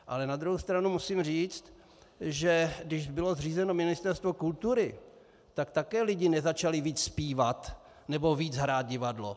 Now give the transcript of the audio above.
Ale na druhou stranu musím říct, že když bylo zřízeno Ministerstvo kultury, tak také lidi nezačali víc zpívat nebo víc hrát divadlo.